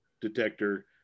detector